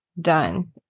done